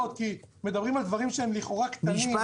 מדברים על דברים שהם לכאורה קטנים,